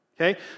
Okay